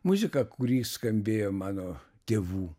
muzika kuri skambėjo mano tėvų